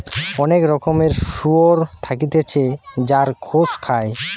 অনেক রকমের শুয়োর থাকতিছে যার গোস খায়